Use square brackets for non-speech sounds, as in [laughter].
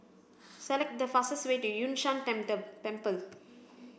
select the fastest way to Yun Shan [unintelligible] Temple